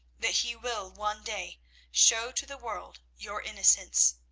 that he will one day show to the world your innocence.